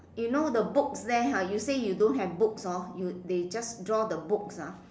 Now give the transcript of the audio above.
you know the books there ah you say you don't have books hor they just draw the books ah